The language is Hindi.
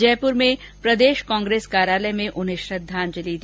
जयपुर में प्रदेश कांग्रेस कार्यालय में उन्हें श्रद्वांजलि दी गई